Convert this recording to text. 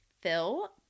fill